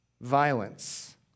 violence